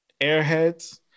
Airheads